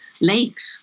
lakes